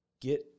get